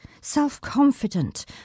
self-confident